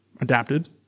Adapted